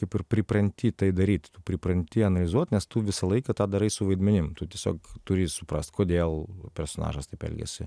kaip ir pripranti tai daryt tu pripranti analizuot nes tu visą laiką tą darai su vaidmenim tu tiesiog turi suprast kodėl personažas taip elgiasi